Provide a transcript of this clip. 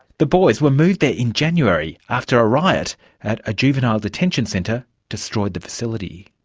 the boys were moved there in january after a riot at a juvenile detention centre destroyed the facility.